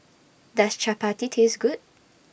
Does Chappati Taste Good